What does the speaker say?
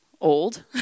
old